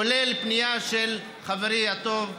כולל פנייה של חברי הטוב פריג'